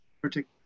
particular